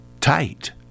tight